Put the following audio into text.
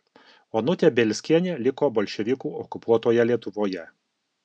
onutė bielskienė liko bolševikų okupuotoje lietuvoje